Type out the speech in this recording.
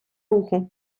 руху